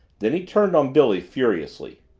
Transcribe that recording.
then he turned on billy furiously.